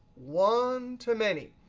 one too many.